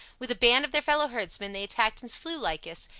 with a band of their fellow-herdsmen they attacked and slew lycus,